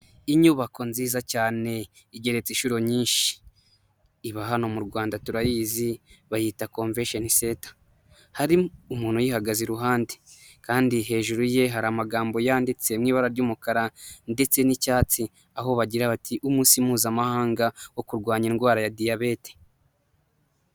Inyubako nziza cyane igeretse inshuro nyinshi iba hano mu Rwanda turayizi bayita komvesheni senta hari umuntu uyihagaze iruhande kandi hejuru ye hari amagambo yanditse m'ibara ry'umukara ndetse n'icyatsi aho bagira bati umunsi mpuzamahanga wo kurwanya indwara ya diyabete.